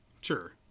Sure